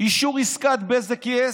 "אישור עסקת בזק-yes"